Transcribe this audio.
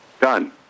Done